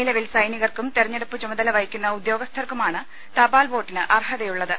നിലവിൽ സൈനികർക്കും തെരഞ്ഞെടുപ്പ് ചുമതല വഹിക്കുന്ന ഉദ്യോ ഗസ്ഥർക്കുമാണ് തപാൽ വോട്ടിന് അർഹതയുള്ളത്